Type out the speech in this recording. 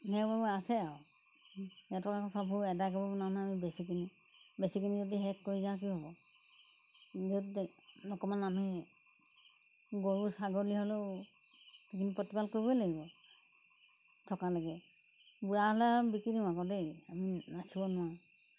সেইবোৰ আছে আৰু সিহঁতক আকৌ চববোৰ এদায় কৰিব নোৱাৰোঁ নহয় বেচি কিনি বেচি কিনি যদি শেষ কৰি যাওঁ কি হ'ব সিহঁতক অকণমান আমি গৰু ছাগলী হ'লেও সেইখিনি প্ৰতিপাল কৰিবই লাগিব থকালৈকে বুঢ়া হ'লে আৰু বিকি দিওঁ আকৌ দেই আমি ৰাখিব নোৱাৰোঁ